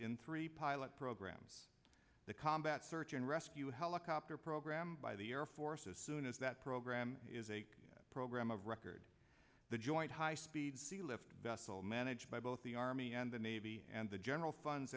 in three pilot programs the combat search and rescue helicopter program by the air force as soon as that program is a program of record the joint high speed sea lift vessel managed by both the army and the navy and the general funds